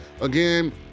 Again